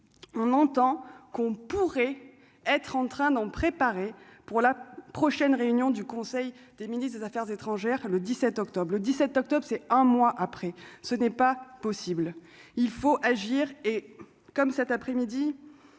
on entend qu'on pourrait être en train d'en préparer pour la prochaine réunion du conseil des ministre des Affaires étrangères, le 17 octobre le 17 octobre c'est un mois après, ce n'est pas possible, il faut agir et comme cet après-midi,